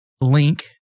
link